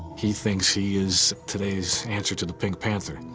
he thinks he is today's answer to the pink panther.